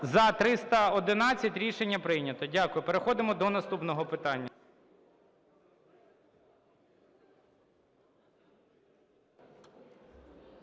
За-311 Рішення прийнято. Дякую. Переходимо до наступного питання.